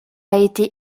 été